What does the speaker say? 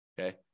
Okay